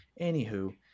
anywho